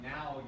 Now